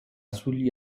sugli